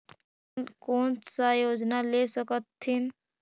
किसान कोन सा योजना ले स कथीन?